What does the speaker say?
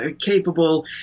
capable